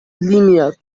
linear